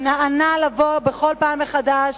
שנענה לבוא בכל פעם מחדש,